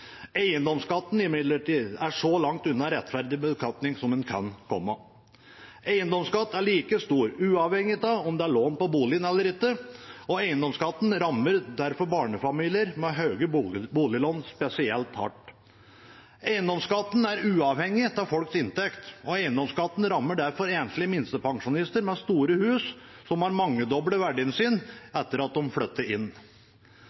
Eiendomsskatten imidlertid er så langt unna rettferdig beskatning som en kan komme. Eiendomsskatt er like stor uavhengig av om det er lån på boligen eller ikke, og eiendomsskatten rammer derfor barnefamilier med høye boliglån spesielt hardt. Eiendomsskatten er uavhengig av folks inntekt, og eiendomsskatten rammer derfor enslige minstepensjonister med store hus som har mangedoblet verdien sin etter at de flyttet inn.